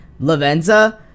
Lavenza